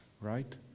Right